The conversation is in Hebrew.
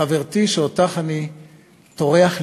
חברתי, שאותך אני טורח לשבח,